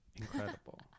incredible